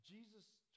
Jesus